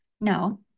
No